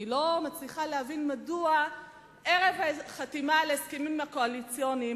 אני לא מצליחה להבין מדוע ערב החתימה על ההסכמים הקואליציוניים,